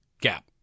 gap